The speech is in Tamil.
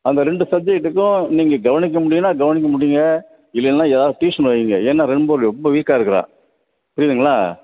அந்த ரெண்டு சப்ஜெக்ட்டுக்கும் நீங்கள் கவனிக்க முடியுன்னா கவனிக்க முடியுங்க இல்லைன்னா எதாவது டியூஷன் வைங்க ஏன்னா ரெம்ப ரெம்ப வீக்காக இருக்கிறான் புரியுதுங்களா